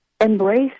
Embrace